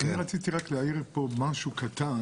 רציתי להעיר משהו קטן